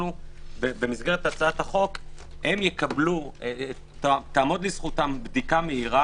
במסגרת הצעת החוק תעמוד לזכותם בדיקה מהירה